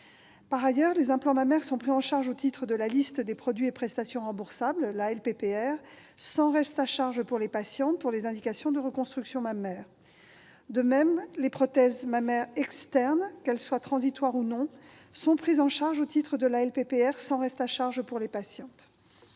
Par ailleurs, les implants mammaires sont pris en charge au titre de la liste des produits et prestations remboursables, la LPPR, sans reste à charge pour les patientes, pour les indications de reconstruction mammaire. De même, les prothèses mammaires externes, qu'elles soient transitoires ou non, sont prises en charge au titre de la LPPR, sans reste à charge pour les patientes.